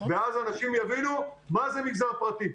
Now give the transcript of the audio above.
ואז אנשים יבינו מה זה מגזר פרטי.